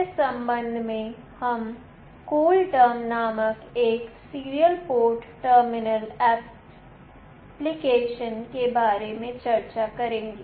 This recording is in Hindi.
इस संबंध में हम कूल टर्म नामक एक सीरियल पोर्ट टर्मिनल एप्लीकेशन के बारे में चर्चा करेंगे